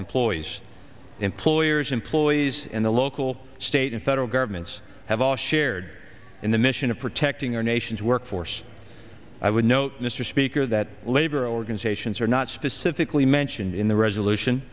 employees employers employees and the local state and federal governments have all shared in the mission of protecting our nation's workforce i would note mr speaker that labor organizations are not specifically mentioned in the resolution